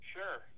sure